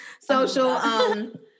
Social